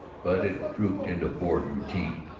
but it drooped into bored routine.